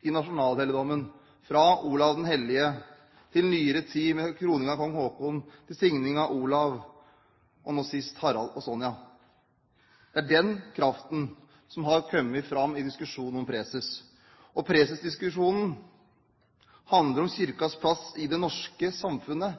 gjennom nasjonalhelligdommen, fra Olav den hellige til nyere tid med kroning av kong Haakon, signing av kong Olav og nå sist signing av kong Harald og dronning Sonja. Det er den kraften som har kommet fram i diskusjonen om preses. Presesdiskusjonen handler om Kirkens plass i det norske samfunnet,